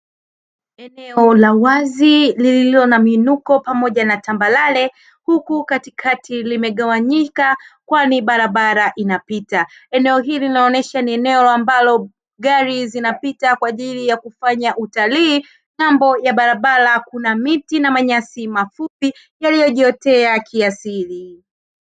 Eneo la wazi lililo na miinuko pamoja na tambarare, huku katikati limegawanyika kwani barabara inapita. Eneo hili linaonyesha ni eneo ambalo gari zinapita kwa ajili ya kufanya utalii, ng`ambo ya barabara kuna miti na manyasi mafupi yaliyojiotea kiasili.